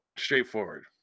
straightforward